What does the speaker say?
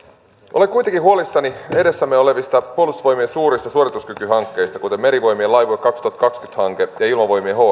olen kuitenkin huolissani edessämme olevista puolustusvoimien suurista suorituskykyhankkeista kuten merivoimien laivue kaksituhattakaksikymmentä hanke ja ilmavoimien